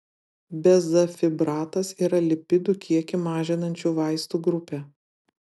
bezafibratas yra lipidų kiekį mažinančių vaistų grupė